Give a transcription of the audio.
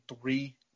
three